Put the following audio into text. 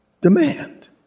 demand